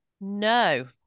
No